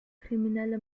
kriminelle